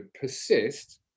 persist